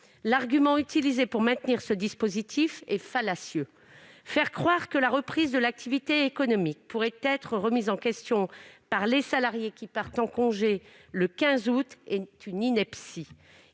l'argument utilisé pour maintenir ce dispositif est fallacieux : faire croire que la reprise de l'activité économique pourrait être remise en question par les salariés qui partent en congés le 15 août est une ineptie